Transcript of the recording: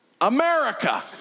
America